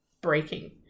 breaking